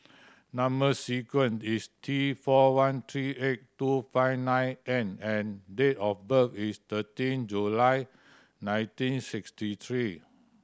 number sequence is T four one three eight two five nine N and date of birth is thirteen July nineteen sixty three